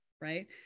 right